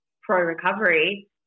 pro-recovery